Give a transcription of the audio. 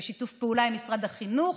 בשיתוף פעולה עם משרד החינוך,